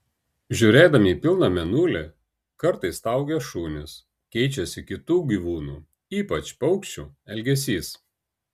žiūrėdami į pilną mėnulį kartais staugia šunys keičiasi kitų gyvūnų ypač paukščių elgesys